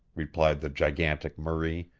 replied the gigantic marie.